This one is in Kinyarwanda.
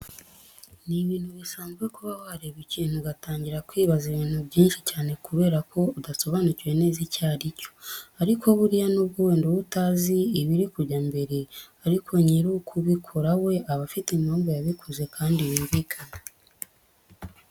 Ni ibintu bisanzwe kuba wareba ikintu ugatangira kwibaza ibintu byinshi cyane kubera ko udasobanukiwe neza icyo ari cyo, ariko buriya nubwo wenda uba utazi ibiri kujya mbere ariko nyiri ukubikora we aba afite impamvu yabikoze kandi yumvikana.